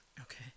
Okay